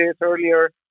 earlier